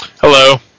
Hello